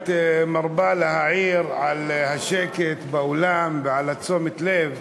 את מרבה להעיר על השקט באולם ועל תשומת הלב,